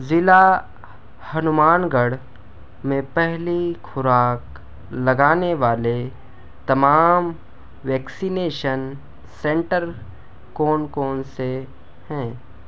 ضلع ہنومان گڑھ میں پہلی خوراک لگانے والے تمام ویکسینیشن سینٹر کون کون سے ہیں